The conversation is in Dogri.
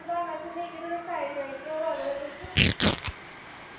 भुलाना तुस इ'यां करो साइड राइडर होऐ करो तुस